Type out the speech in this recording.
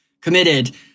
committed